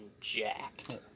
jacked